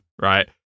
right